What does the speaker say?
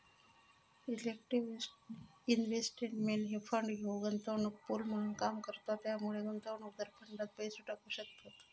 collective investment fund ह्यो गुंतवणूक pool म्हणून काम करता त्यामुळे गुंतवणूकदार फंडात पैसे टाकू शकतत